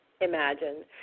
imagine